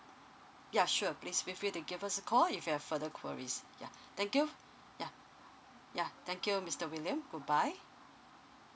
ya sure please feel free to give us a call if you have further queries yeah thank you yeah yeah thank you mister william good bye